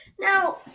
Now